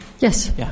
Yes